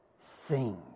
sing